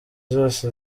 zose